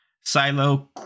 Silo